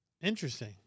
Interesting